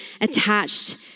attached